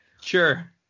sure